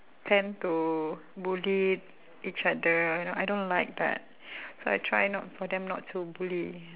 tend to bully each other you know I don't like that so I try not for them not to bully